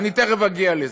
אני תכף אגיע לזה,